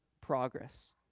progress